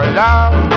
love